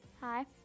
Hi